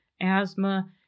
asthma